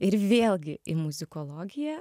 ir vėlgi į muzikologiją